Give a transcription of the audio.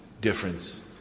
difference